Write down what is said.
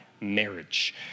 marriage